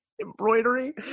embroidery